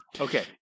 Okay